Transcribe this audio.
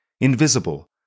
Invisible